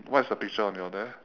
what is the picture on your left